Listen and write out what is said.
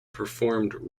performed